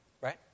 right